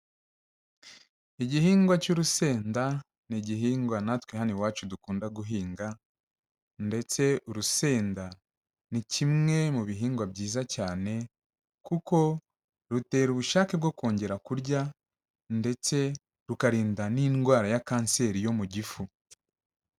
Igihingwa cy'urusenda ni igihingwa natwe hano iwacu dukunda guhinga ndetse urusenda ni kimwe mu bihingwa byiza cyane kuko rutera ubushake bwo kongera kurya, ndetse rukarinda n'indwara ya kanseri yo mu gifu.